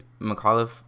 McAuliffe